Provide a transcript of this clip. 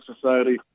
Society